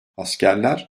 askerler